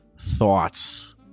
thoughts